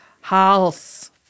House